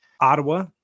Ottawa